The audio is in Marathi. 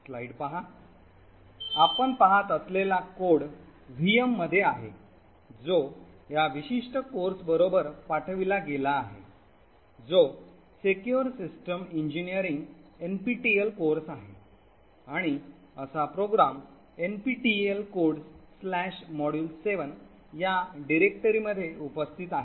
आपण पाहत असलेला कोड व्हीएम मध्ये आहे जो या विशिष्ट कोर्स बरोबर पाठविला गेला आहे जो सिक्योर सिस्टम अभियांत्रिकी एनपीटीईएल कोर्स आहे आणि असा प्रोग्राम NPTEL Codesmodule7 या निर्देशिकेत उपस्थित आहे